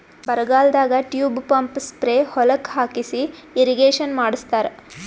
ಬರಗಾಲದಾಗ tube pump spray ಹೊಲಕ್ಕ್ ಹಾಕಿಸಿ ಇರ್ರೀಗೇಷನ್ ಮಾಡ್ಸತ್ತರ